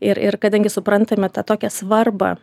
ir ir kadangi suprantame tą tokią svarbą